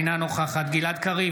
אינה נוכחת גלעד קריב,